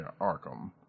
Arkham